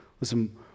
Listen